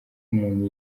umuntu